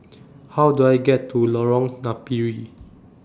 How Do I get to Lorong Napiri